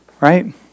right